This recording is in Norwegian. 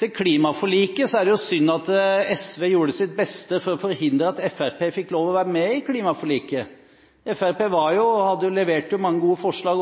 Til klimaforliket: Det er jo synd at SV gjorde sitt beste for å forhindre at Fremskrittspartiet fikk lov til å være med i klimaforliket. Fremskrittspartiet leverte også mange gode forslag,